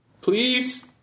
Please